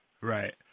Right